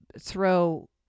throw